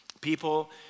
People